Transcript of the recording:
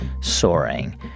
soaring